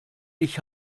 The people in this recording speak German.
ich